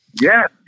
Yes